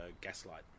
gaslight